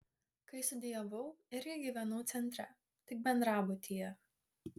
kai studijavau irgi gyvenau centre tik bendrabutyje